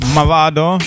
Mavado